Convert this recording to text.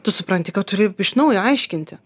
tu supranti kad turi iš naujo aiškinti